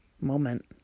moment